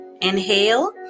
inhale